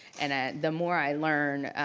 and ah the more i learn.